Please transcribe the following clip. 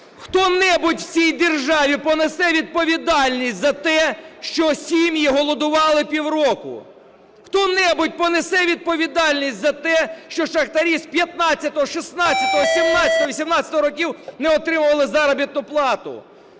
хто-небудь в цій державі понесе відповідальність за те, що сім'ї голодували півроку? Хто-небудь понесе відповідальність за те, що шахтарі з 15-го, 16-го, 17-го, 18-го років не отримували заробітну плату?